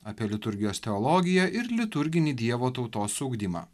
apie liturgijos teologiją ir liturginį dievo tautos ugdymą